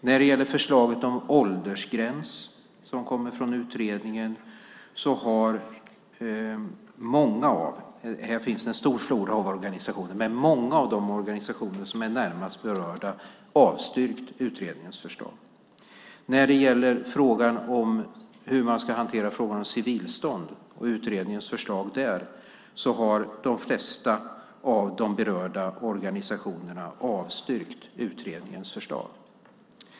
När det gäller utredningens förslag om åldersgräns har många av de organisationer - här finns en stor flora av organisationer - som är närmast berörda avstyrkt förslaget. När det gäller hur man ska hantera frågan om civilstånd har de flesta av de berörda organisationerna avstyrkt utredningens förslag.